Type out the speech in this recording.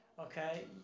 Okay